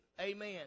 Amen